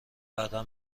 بعدا